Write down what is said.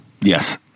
Yes